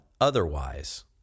otherwise